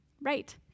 right